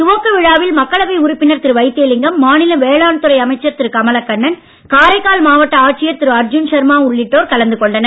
துவக்க விழாவில் மக்களவை உறுப்பினர் திரு வைத்திலிங்கம் மாநில வேளாண்துறை அமைச்சர் திரு கமலக்கண்ணன் காரைக்கால் மாவட்ட ஆட்சியர் திரு அர்ஜுன் சர்மா உள்ளிட்டோர் கலந்து கொண்டனர்